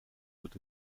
wird